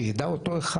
שיידע אותו אחד,